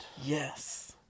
yes